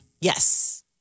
Yes